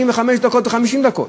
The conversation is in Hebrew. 45 דקות ו-50 דקות.